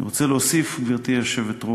אני רוצה להוסיף, גברתי היושבת-ראש,